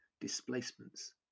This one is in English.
displacements